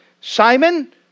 Simon